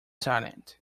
silent